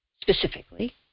specifically